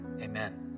amen